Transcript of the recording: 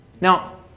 Now